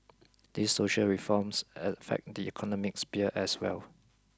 these social reforms affect the economic sphere as well